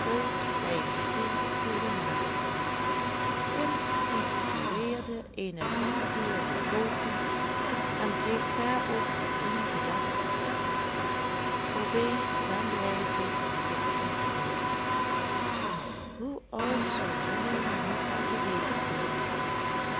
zijn stoel voor den haard institueerde eene langdurige poking en bleef daarop in gedachten zitten op eens wendde hij zich tot zijn vrouw hoe oud zou william nu al geweest zijn